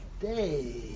day